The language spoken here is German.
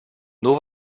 nur